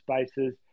spaces